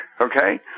okay